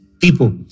people